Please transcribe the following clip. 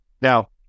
Now